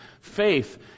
faith